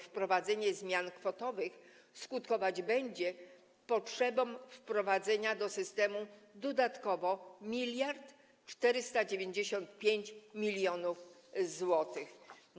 Wprowadzenie zmian kwotowych skutkować będzie potrzebą wprowadzenia do systemu dodatkowo 1495 mln zł.